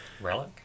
Relic